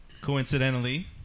coincidentally